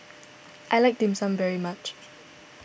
I like Dim Sum very much